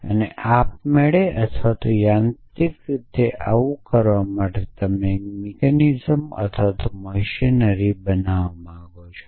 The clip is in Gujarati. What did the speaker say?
અને આપમેળે અથવા યાંત્રિક રીતે આવું કરવા માટે તમે મિકેનિઝમ અથવા મશીનરી બનાવવા માંગો છો